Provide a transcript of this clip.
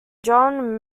john